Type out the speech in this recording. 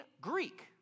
Greek